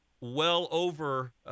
well-over